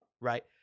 right